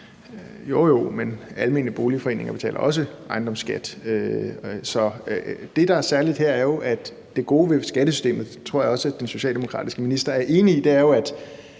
Jo jo, men almene boligforeninger betaler også ejendomsskat. Så det, der er særligt her, er, at det gode ved skattesystemet – og det tror jeg også den socialdemokratiske minister er enig i – er, at